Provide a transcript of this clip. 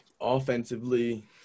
Offensively